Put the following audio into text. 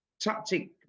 tactic